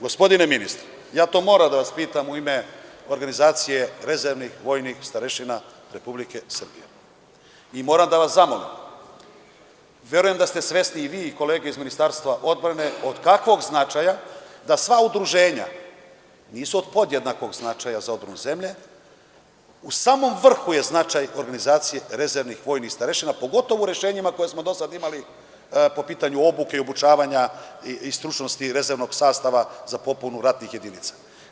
Gospodine ministre, ja to moram da vas pitam, u ime organizacije rezervnih vojnih starešina Republike Srbije i moram da vas zamolim, jer verujem da ste svesni i vi i kolege iz Ministarstva odbrane, od kakvog značaja da sva udruženja nisu od podjednakog značaja za odbranu zemlje, u samom vrhu je značaj organizacije rezervnih vojnih starešina, pogotovo rešenjima koja smo do sada imali po pitanju obuke i obučavanja i stručnosti i rezervnog sastava za popunu ratnih jedinica.